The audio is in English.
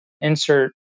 insert